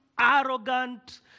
arrogant